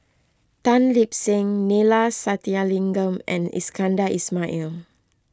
Tan Lip Seng Neila Sathyalingam and Iskandar Ismail